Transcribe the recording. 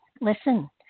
listen